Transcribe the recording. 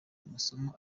amasomo